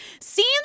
Seems